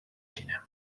china